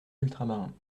ultramarins